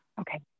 Okay